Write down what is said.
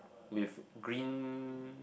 with green